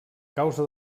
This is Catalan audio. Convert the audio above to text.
causa